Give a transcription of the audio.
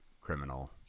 criminal